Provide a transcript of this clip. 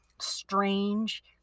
strange